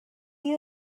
you